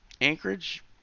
Anchorage